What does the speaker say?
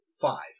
five